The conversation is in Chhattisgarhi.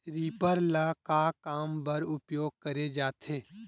रीपर ल का काम बर उपयोग करे जाथे?